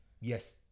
yes